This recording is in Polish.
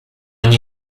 nie